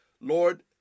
Lord